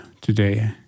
today